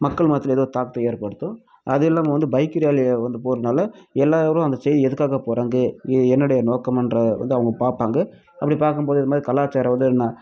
மக்கள் மனசில் ஏதோ ஒரு தாக்கத்தை ஏற்படுத்தும் அது இல்லாமல் வந்து பைக்கு ராலி வந்து போகிறதுனால எல்லாரும் அந்த சை எதுக்காக போகிறாங்க என்னுடைய நோக்கமுன்ற வந்து அவங்க பார்ப்பாங்க அப்படி பார்க்கும்போது இதுமாதிரி கலாச்சாரம் வந்து என்ன